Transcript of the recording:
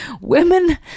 women